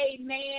amen